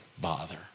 bother